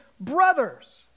brother's